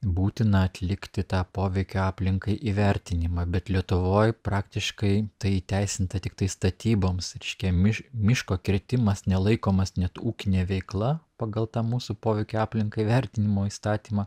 būtina atlikti tą poveikio aplinkai įvertinimą bet lietuvoj praktiškai tai įteisinta tiktai statyboms reiškia mi miško kirtimas nelaikomas net ūkine veikla pagal tą mūsų poveikio aplinkai vertinimo įstatymą